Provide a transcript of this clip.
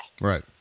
Right